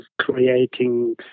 creating